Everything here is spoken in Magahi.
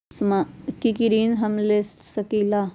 की की ऋण हम ले सकेला?